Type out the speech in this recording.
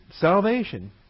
salvation